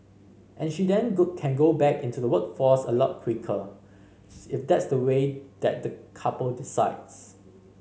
and she then go can go back into the workforce a lot quicker if that's the way that the couple decides